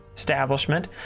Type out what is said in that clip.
establishment